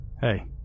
Hey